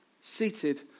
seated